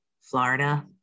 florida